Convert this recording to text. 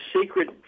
secret